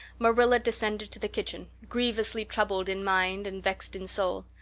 marilla descended to the kitchen, grievously troubled in mind and vexed in soul.